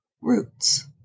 roots